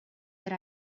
that